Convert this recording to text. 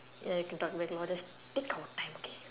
ya you can talk back lah just take our time okay